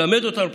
ללמד אותנו,